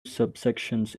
subsections